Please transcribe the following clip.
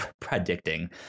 predicting